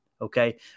Okay